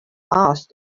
asked